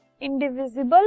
indivisible